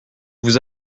vous